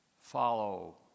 Follow